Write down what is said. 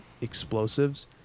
explosives